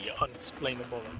unexplainable